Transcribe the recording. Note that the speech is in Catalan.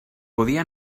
podia